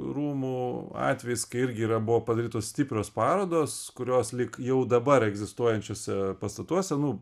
rūmų atvejis kai irgi yra buvo padarytos stiprios parodos kurios lyg jau dabar egzistuojančiuose pastatuose nu